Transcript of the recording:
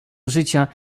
życia